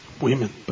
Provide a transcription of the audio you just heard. women